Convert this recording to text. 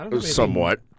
somewhat